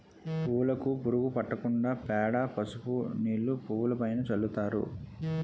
పువ్వులుకు పురుగు పట్టకుండా పేడ, పసుపు నీళ్లు పువ్వులుపైన చల్లుతారు